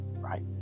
right